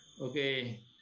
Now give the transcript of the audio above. okay